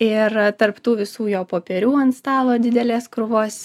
ir tarp tų visų jo popierių ant stalo didelės krūvos